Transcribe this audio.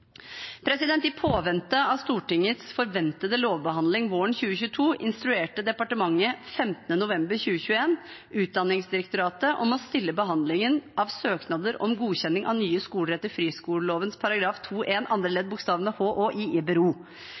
påvente av Stortingets forventede lovbehandling våren 2022 instruerte departementet 15. november 2021 Utdanningsdirektoratet om å stille behandlingen av søknader om godkjenning av nye skoler etter friskoleloven § 2-1 andre ledd, bokstavene h) og i) i